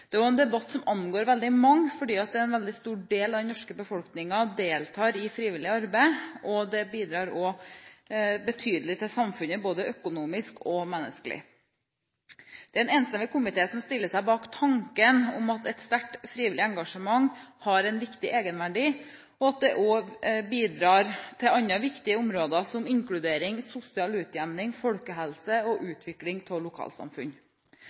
Det er jo en debatt som angår veldig mange, fordi en veldig stor del av den norske befolkningen deltar i frivillig arbeid, og det bidrar også betydelig til samfunnet, både økonomisk og menneskelig. Det er en enstemmig komité som stiller seg bak tanken om at et sterkt frivillig engasjement har en viktig egenverdi, og at det også bidrar til andre viktige områder, som inkludering, sosial utjevning, folkehelse og utvikling av lokalsamfunn.